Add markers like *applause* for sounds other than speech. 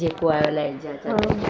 जेको आहे *unintelligible* हा